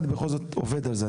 בכל זאת אני עובד על זה.